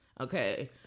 Okay